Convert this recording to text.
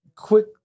quick